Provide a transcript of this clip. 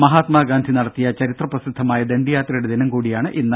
മഹാത്മാ ഗാന്ധി നടത്തിയ ചരിത്ര പ്രസിദ്ധമായ ദണ്ഡിയാത്രയുടെ ദിനം കൂടിയാണ് ഇന്ന്